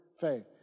faith